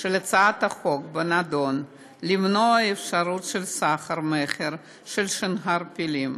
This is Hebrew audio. של הצעת החוק היא למנוע אפשרות של סחר מכר בשנהב פילים.